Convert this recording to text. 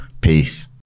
Peace